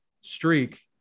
streak